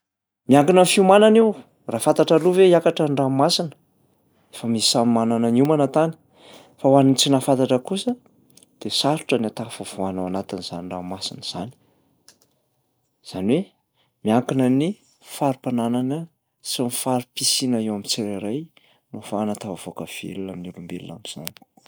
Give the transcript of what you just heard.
Miankina am'fiomanana io, raha fantatra aloha ve hiakatra ny ranomasina, efa misy samy manana niomana tany, fa ho an'ny tsy nahafantatra kosa de sarotra ny ahatafavoahana ao anatin'izany ranomasina izany. Zany hoe miankina ny fari-pananana sy ny fari-pisiana eo am'tsirairay no ahafahana ahatafavoaka velona ny olombelona am'zany.